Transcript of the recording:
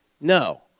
No